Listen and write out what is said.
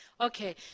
Okay